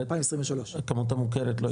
והכמות המוכרת לא השתנתה?